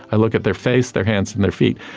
i look at their face, their hands and their feet,